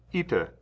ita